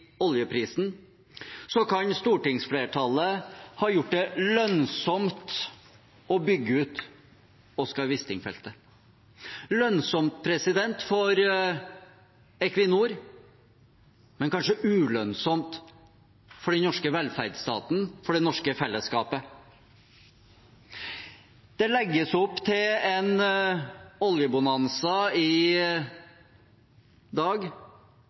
oljeprisen, kan stortingsflertallet ha gjort det lønnsomt å bygge ut Wisting-feltet – lønnsomt for Equinor, men kanskje ulønnsomt for den norske velferdsstaten, for det norske fellesskapet. Det legges i dag opp til en